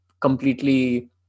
completely